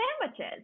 sandwiches